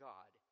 God